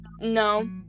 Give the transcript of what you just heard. No